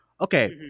okay